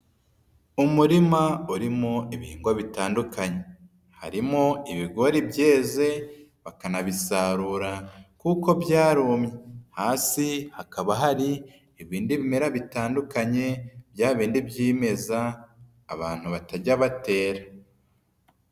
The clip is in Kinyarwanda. umurima urimo ibihingwa bitandukanye, harimo ibigori byeze, bakanabisarura kuko byaromye, hasi hakaba hari ibindi bimera bitandukanye, byabindi byimeza, abantu batajya batera.